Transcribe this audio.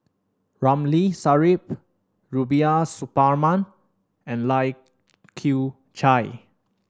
Ramli Sarip Rubiah Suparman and Lai Kew Chai